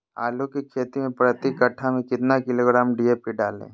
आलू की खेती मे प्रति कट्ठा में कितना किलोग्राम डी.ए.पी डाले?